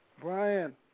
Brian